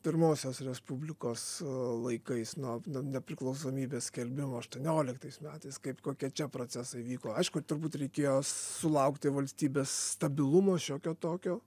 pirmosios respublikos laikais nuo nepriklausomybės skelbimo aštuonioliktais metais kaip kokie čia procesai vyko aišku turbūt reikėjo sulaukti valstybės stabilumo šiokio tokio